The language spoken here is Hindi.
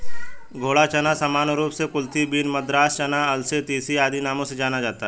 घोड़ा चना सामान्य रूप से कुलथी बीन, मद्रास चना, अलसी, तीसी आदि नामों से जाना जाता है